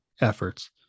efforts